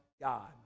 God